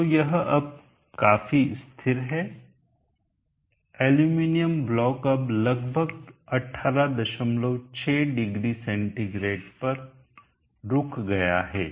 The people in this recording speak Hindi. तो यह अब काफी स्थिर है एल्यूमीनियम ब्लॉक अब लगभग 1860C पर रुक गया है